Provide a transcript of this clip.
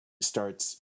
starts